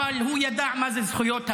אבל הוא ידע מה זה זכויות אדם,